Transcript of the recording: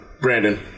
Brandon